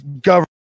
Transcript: government